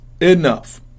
enough